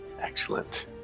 Excellent